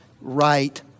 right